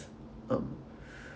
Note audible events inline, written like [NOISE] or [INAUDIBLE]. um [BREATH]